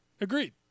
Agreed